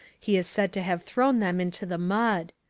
he is said to have thrown them into the mud.